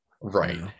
Right